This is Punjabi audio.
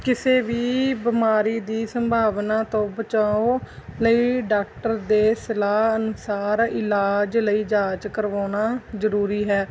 ਕਿਸੇ ਵੀ ਬਿਮਾਰੀ ਦੀ ਸੰਭਾਵਨਾ ਤੋਂ ਬਚਾਓ ਲਈ ਡਾਕਟਰ ਦੇ ਸਲਾਹ ਅਨੁਸਾਰ ਇਲਾਜ ਲਈ ਜਾਂਚ ਕਰਵਾਉਣਾ ਜ਼ਰੂਰੀ ਹੈ